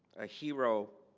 a hero